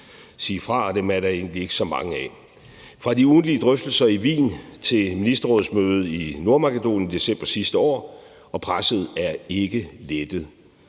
sige fra, og dem er der egentlig ikke så mange af – fra de ugentlige drøftelser i Wien til ministerrådsmødet i Nordmakedonien i december sidste år – og presset er ikke lettet.